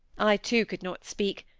i, too, could not speak,